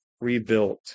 rebuilt